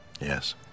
Yes